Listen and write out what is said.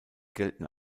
gelten